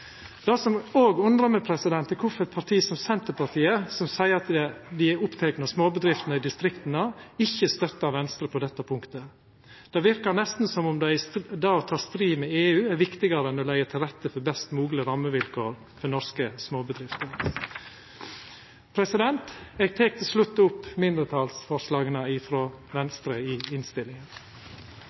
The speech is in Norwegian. Det eg òg undrar meg over, er kvifor eit parti som Senterpartiet, som seier at dei er opptekne av småbedriftene i distrikta, ikkje støttar Venstre på dette punktet. Det verkar nesten som om det å ta strid med EU er viktigare enn å leggja til rette for best moglege rammevilkår for norske småbedrifter. Eg tek til slutt opp mindretalsforslaga frå Venstre i innstillinga.